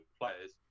players